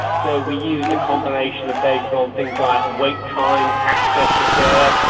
so we used a combination of data on things like wait times, access to care.